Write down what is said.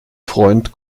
freund